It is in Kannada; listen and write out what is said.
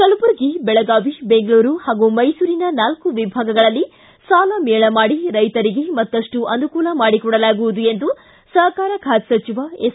ಕಲಬುರಗಿ ಬೆಳಗಾವಿ ಬೆಂಗಳೂರು ಹಾಗೂ ಮೈಸೂರಿನ ನಾಲ್ಕು ವಿಭಾಗಗಳಲ್ಲಿ ಸಾಲ ಮೇಳ ಮಾಡಿ ರೈತರಿಗೆ ಮತ್ತಪ್ಪು ಅನುಕೂಲ ಮಾಡಿಕೊಡಲಾಗುವುದು ಎಂದು ಸಹಕಾರ ಖಾತೆ ಸಚಿವ ಎಸ್